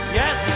yes